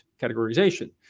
categorization